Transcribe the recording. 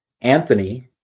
Anthony